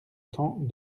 temps